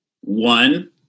One